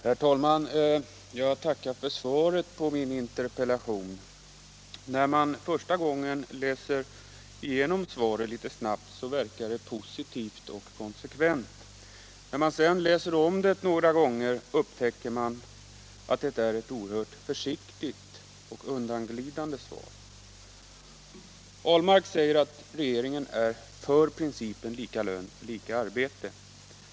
Herr talman! Jag tackar för svaret på min interpellation. När man första gången läser igenom svaret litet snabbt verkar det positivt och konsekvent. När man sedan läser om det några gånger upptäcker man att det är ett oerhört försiktigt och undanglidande svar. Herr Ahlmark säger att regeringen är för principen lika lön för lika arbete.